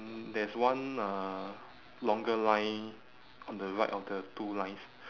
mm there's one uh longer line on the right of the two lines